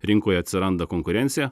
rinkoje atsiranda konkurencija